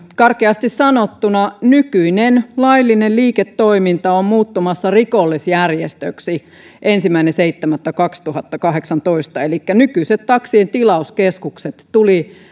karkeasti sanottuna nykyinen laillinen liiketoiminta on muuttumassa rikollisjärjestöksi ensimmäinen seitsemättä kaksituhattakahdeksantoista elikkä nykyiset taksien tilauskeskukset tulevat